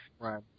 Right